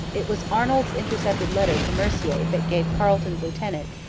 it was arnold's intercepted letter to mercier that gave carleton's lieutenant,